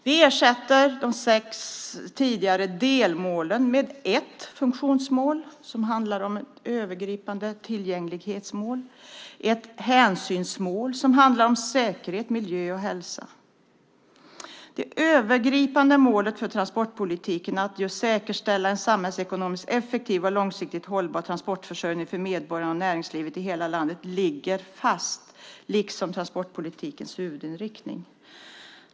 Vi ersätter de sex tidigare delmålen med ett funktionsmål som är ett övergripande tillgänglighetsmål och ett hänsynsmål som handlar om säkerhet, miljö och hälsa. Det övergripande målet för transportpolitiken att säkerställa en samhällsekonomisk, effektiv och långsiktigt hållbar transportförsörjning för medborgarna och näringslivet i hela landet ligger fast, liksom transportpolitikens huvudinriktning.